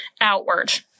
outward